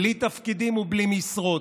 בלי תפקידים ובלי משרות,